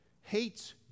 hates